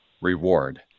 reward